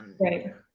right